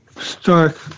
stark